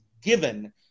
given